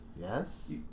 Yes